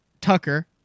Tucker